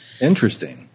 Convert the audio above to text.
interesting